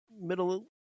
middle